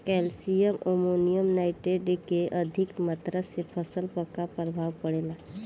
Calcium ammonium nitrate के अधिक मात्रा से फसल पर का प्रभाव परेला?